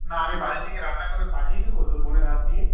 না আমি বাড়ি থেকে রান্না করে পাঠিয়ে দেবো তোর বোনের হাত দিয়ে